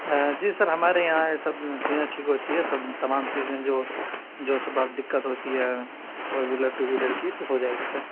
ہاں جی سر ہمارے یہاں یہ سب چیزیں ٹھیک ہوتی ہیں سب تمام چیزیں جو جو سب آپ دقت ہوتی ہے فور ویلر ٹو ویلر کی ہو جائے گی سر